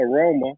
aroma